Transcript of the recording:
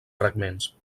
fragments